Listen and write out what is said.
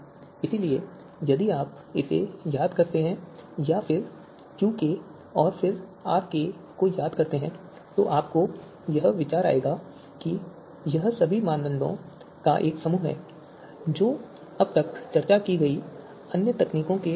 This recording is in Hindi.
इसलिए यदि आप इसे याद करते हैं और फिर QK और फिर RK को याद करते हैं तो आपको यह विचार आएगा कि यह सभी मानदंडों का एक समूह है जो अब तक चर्चा की गई अन्य तकनीकों के समान है